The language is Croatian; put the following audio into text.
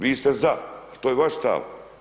Vi ste za, to je vaš stav.